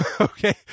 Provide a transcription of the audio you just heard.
okay